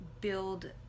build